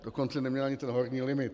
Dokonce neměla ani ten horní limit.